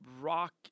rock